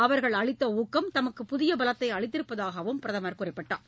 அவர்கள் அளித்த ஊக்கம் தமக்கு புதிய பலத்தை அளித்திருப்பதாகவும் அவர் கூறினார்